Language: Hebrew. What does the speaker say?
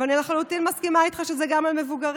אבל אני לחלוטין מסכימה איתך שזה גם על מבוגרים.